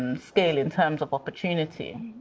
and scale, in terms of opportunity.